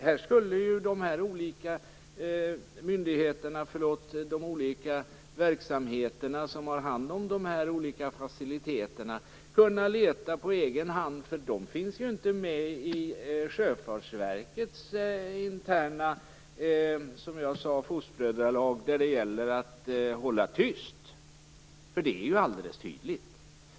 Här skulle de olika verksamheter som har hand om de här faciliteterna kunna leta på egen hand. De finns ju inte med i Sjöfartsverkets interna fostbrödralag, som jag sade, där det gäller att hålla tyst. Det är alldeles tydligt.